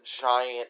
giant